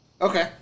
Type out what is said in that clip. Okay